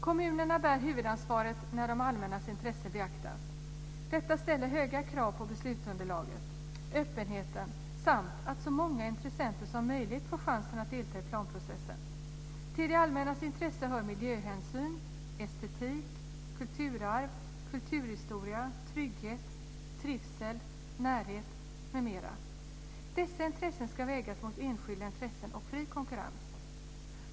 Kommunerna bär huvudansvaret när det allmännas intresse beaktas. Detta ställer höga krav på beslutsunderlaget och öppenheten samt när det gäller att så många intressenter som möjligt får chansen att delta i planprocessen. Till det allmännas intresse hör miljöhänsyn, estetik, kulturarv, kulturhistoria, trygghet, trivsel, närhet m.m. Dessa intressen ska vägas mot enskilda intressen och fri konkurrens.